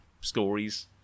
stories